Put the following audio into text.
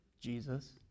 Jesus